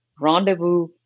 rendezvous